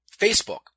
Facebook